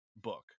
book